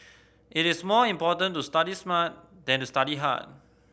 it is more important to study smart than to study hard